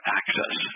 access